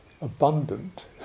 abundant